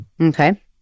Okay